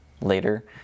later